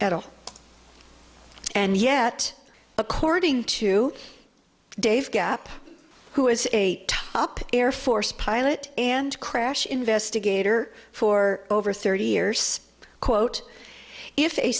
at all and yet according to dave gap who is a top air force pilot and crash investigator for over thirty years quote if a